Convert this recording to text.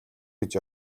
гэж